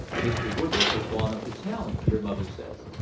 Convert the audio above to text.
mr. woodroffe has gone up to town, your mother says.